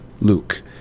Luke